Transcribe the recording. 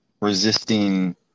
resisting